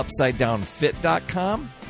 UpsideDownFit.com